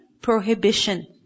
prohibition